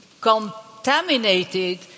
contaminated